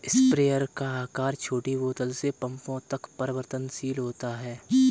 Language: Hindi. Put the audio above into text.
स्प्रेयर का आकार छोटी बोतल से पंपों तक परिवर्तनशील होता है